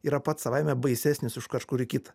yra pats savaime baisesnis už kažkurį kitą